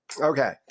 Okay